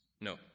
No